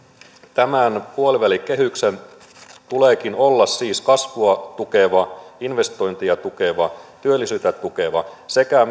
tämän puolivälikehyksen tuleekin olla kasvua tukeva investointeja tukeva työllisyyttä tukeva sekä